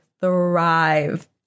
thrive